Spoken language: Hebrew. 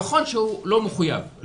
נכון שהוא לא מחויב,